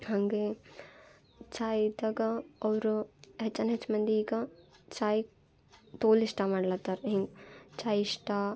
ಹಾಗೇ ಚಾಯ್ ಇದ್ದಾಗ ಅವರು ಹೆಚ್ಚನ ಹೆಚ್ಚು ಮಂದಿ ಈಗ ಚಾಯ್ ತೋಲು ಇಷ್ಟ ಮಾಡ್ಲತ್ತರ ಹಿಂಗೆ ಚಾಯ್ ಇಷ್ಟ